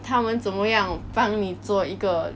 他们怎么样帮你做一个